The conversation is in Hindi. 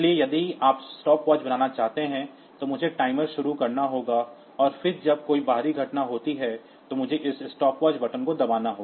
इसलिए यदि आप स्टॉपवॉच बनाना चाहते हैं तो मुझे टाइमर शुरू करना होगा और फिर जब कोई बाहरी घटना होती है तो मुझे इस स्टॉपवॉच बटन को दबाना होगा